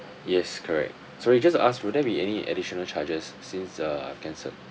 yes correct sorry just to ask will there be any additional charges since uh I've cancelled